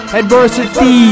adversity